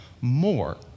more